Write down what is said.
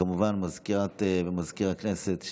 וכמובן למזכיר ולסגנית מזכיר הכנסת,